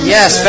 Yes